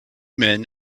men